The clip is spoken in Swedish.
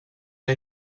det